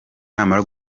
namara